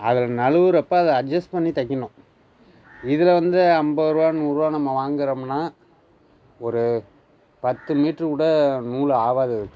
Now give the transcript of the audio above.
அதில் நழுவுறப்ப அத அஜ்ஜெஸ் பண்ணி தைக்கிணும் இதில் வந்து ஐம்பதுரூவா நூறுரூவா நம்ம வாங்குகிறம்னா ஒரு பத்து மீட்டருக்கூட நூல் ஆகாது அதுக்கு